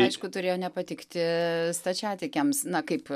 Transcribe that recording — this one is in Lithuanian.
aišku turėjo nepatikti stačiatikiams na kaip